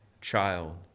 child